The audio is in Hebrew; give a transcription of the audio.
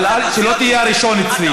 שלא תהיה הראשון אצלי.